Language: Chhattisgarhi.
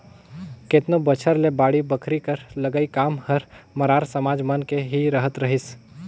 केतनो बछर ले बाड़ी बखरी कर लगई काम हर मरार समाज मन के ही रहत रहिस